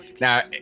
Now